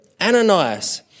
Ananias